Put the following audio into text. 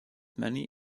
many